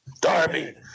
Darby